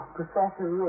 Professor